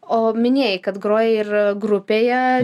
o minėjai kad groji ir grupėje